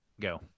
go